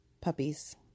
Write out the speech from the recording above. puppies